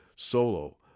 solo